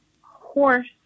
horse